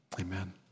Amen